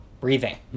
breathing